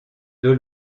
deux